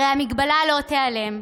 הרי המגבלה לא תיעלם,